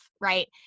right